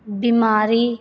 ਬਿਮਾਰੀ